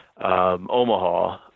Omaha